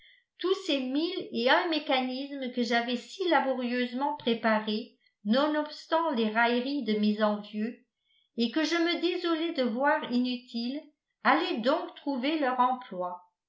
tous ces mille et un mécanismes que j'avais si laborieusement préparés nonobstant les railleries de mes envieux et que je me désolais de voir inutiles allaient donc trouver leur emploi